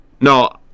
No